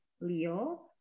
Leo